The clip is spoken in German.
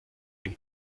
ein